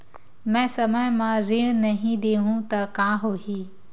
मैं समय म ऋण नहीं देहु त का होही